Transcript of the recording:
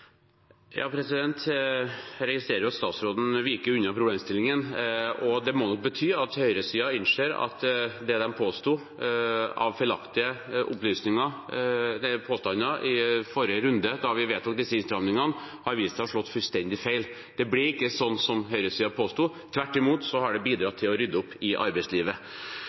Jeg registrerer at statsråden viker unna problemstillingene. Det må bety at høyresiden innser at de påstandene de kom med i forrige runde da vi vedtok disse innstramningene, har vist seg å slå fullstendig feil. Det ble ikke sånn som høyresiden påsto – tvert imot har det bidratt til å rydde opp i arbeidslivet. Men høyresiden har jo dette som en del av sin politikk for å redusere fagforeningenes innflytelse over arbeidslivet,